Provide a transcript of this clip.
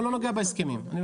אני לא נוגע בהסכמים.